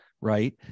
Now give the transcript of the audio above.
right